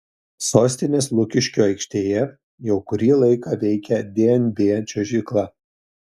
sostinės lukiškių aikštėje jau kurį laiką veikia dnb čiuožykla